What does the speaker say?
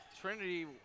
Trinity